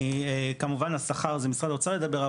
כמובן השכר זה משרד האוצר ידבר,